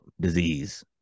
disease